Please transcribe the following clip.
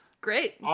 Great